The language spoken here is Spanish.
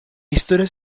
historia